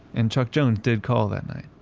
and chuck jones did call that night.